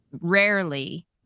rarely